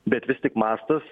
bet vis tik mastas